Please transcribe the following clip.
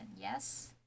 yes